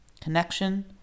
connection